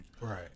right